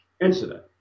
incident